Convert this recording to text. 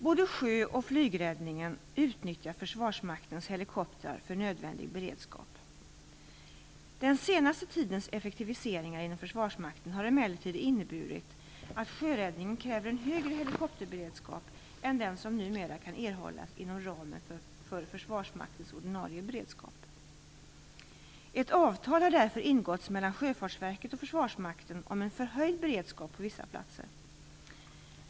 Både sjö och flygräddningen utnyttjar Försvarsmaktens helikoptrar för nödvändig beredskap. Den senaste tidens effektiviseringar inom Försvarsmakten har emellertid inneburit att sjöräddningen kräver en högre helikopterberedskap än den som numera kan erhållas inom ramen för Försvarsmaktens ordinarie beredskap. Ett avtal har därför ingåtts mellan Sjöfartsverket och Försvarsmakten om en förhöjd beredskap på vissa platser.